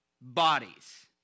bodies